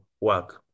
work